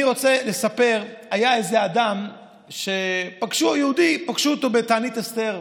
אני רוצה לספר: פגשו יהודי אוכל בתענית אסתר.